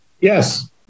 Yes